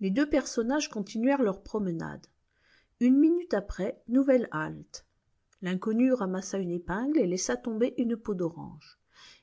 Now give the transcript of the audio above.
les deux personnages continuèrent leur promenade une minute après nouvelle halte l'inconnu ramassa une épingle et laissa tomber une peau d'orange